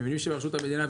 במבנים שברשות המדינה,